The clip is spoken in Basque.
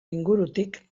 ingurutik